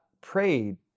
prayed